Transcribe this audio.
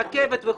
רכבת וכולי,